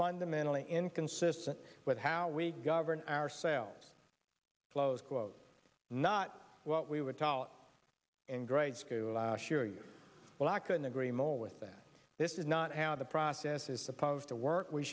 fundamentally inconsistent with how we govern ourselves close quote not what we were taught in grade school last year you well i couldn't agree more with that this is not how the process is supposed to work we